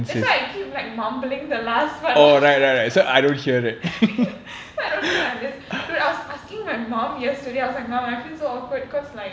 that's why I keep like mumbling the last part so I don't feel like I'm just dude I was asking my mom yesterday I was like mum I feel so awkward cause like